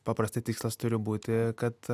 paprastai tikslas turi būti kad